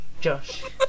Josh